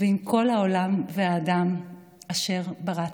ועם כל העולם והאדם / אשר בראת."